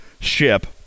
ship